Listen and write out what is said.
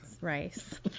rice